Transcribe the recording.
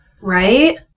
right